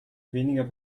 weniger